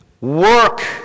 work